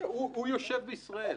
הוא יושב בישראל.